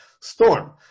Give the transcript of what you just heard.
Storm